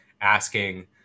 asking